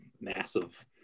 massive